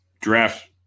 draft